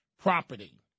property